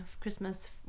Christmas